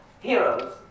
heroes